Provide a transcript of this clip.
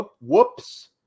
whoops